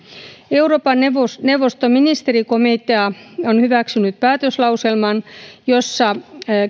euroopan neuvoston neuvoston ministerikomitea on hyväksynyt päätöslauselman jossa